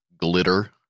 glitter